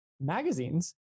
magazines